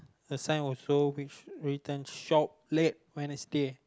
a sign also which written shop late Wednesday